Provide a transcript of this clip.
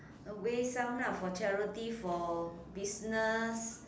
away some ah for charity for business